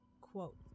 Quote